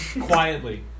Quietly